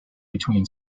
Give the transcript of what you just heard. between